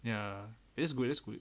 ya that's good that's good